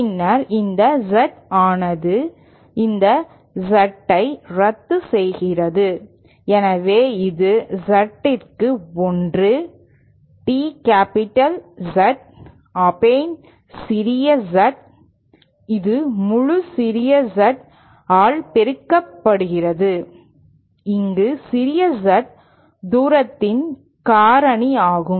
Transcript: பின்னர் இந்த Z ஆனது இந்த Z ஐ ரத்துசெய்கிறது எனவே இது Z க்கு 1 D கேப்பிட்டல் Z அபோன் சிறிய Z இது முழு சிறிய Z ஆல் பெருக்கப்படுகிறது இங்கு சிறிய Z தூரத்தின் காரணி ஆகும்